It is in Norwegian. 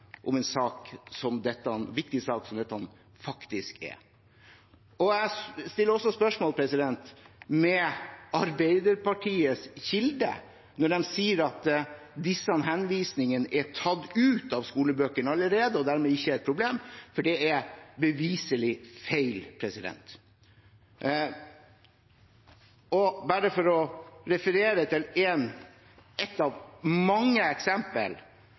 om en så viktig sak som dette faktisk er? Jeg stiller også spørsmål ved Arbeiderpartiets kilde når de sier at disse henvisningene er tatt ut av skolebøkene allerede og dermed ikke er et problem. Det er beviselig feil. For å referere til et av mange